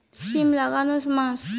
সিম লাগানোর মাস?